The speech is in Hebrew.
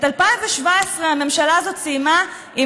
את 2017 הממשלה הזאת סיימה עם,